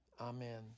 Amen